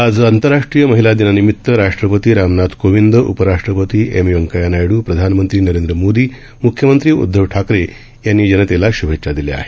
आज आंतरराष्ट्रीय महिला दिनानिमित राष्ट्रपती रामनाथ कोविंद उपराष्ट्रपती एम व्यंकया नायड्र प्रधानमंत्री नरेंद्र मोदी म्ख्यमंत्री उदधव ठाकरे यांनी जनतेला श्भेच्छा दिल्या आहेत